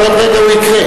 אבל עוד רגע הוא יקרה.